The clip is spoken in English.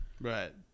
Right